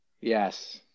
Yes